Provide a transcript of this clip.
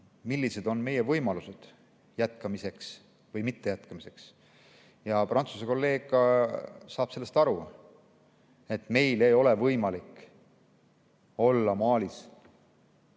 millised on meie võimalused jätkamiseks või mittejätkamiseks, ja Prantsuse kolleeg saab sellest aru, et meil ei ole võimalik olla Malis